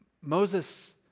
Moses